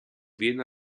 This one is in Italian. viene